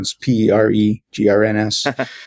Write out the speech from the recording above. p-r-e-g-r-n-s